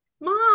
mom